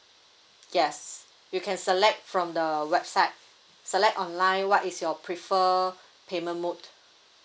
yes you can select from the website select online what is your prefer payment mode